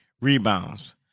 Rebounds